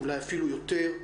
אולי אפילו יותר,